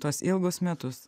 tuos ilgus metus